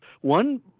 one